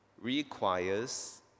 requires